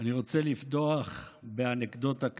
אני רוצה לפתוח באנקדוטה קטנה.